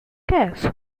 gas